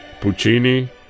Puccini